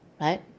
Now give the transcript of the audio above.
right